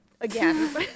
again